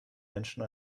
menschen